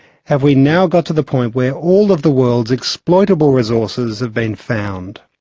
have we now got to the point where all of the world's exploitable resources have been found?